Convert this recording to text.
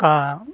ᱟᱨ